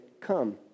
come